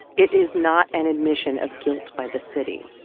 it is not an admission of guilt by the city.